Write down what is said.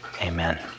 Amen